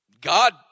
God